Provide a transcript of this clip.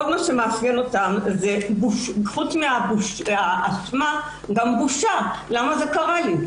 עוד דבר שמאפיין זה גם בושה "למה זה קרה לי,